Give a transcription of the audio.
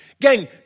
Gang